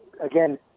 again